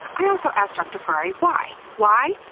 i also asked dr. ferrari why? why,